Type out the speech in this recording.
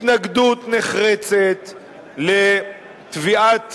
התנגדות נחרצת לתביעת